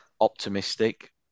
optimistic